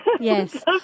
yes